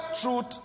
truth